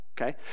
okay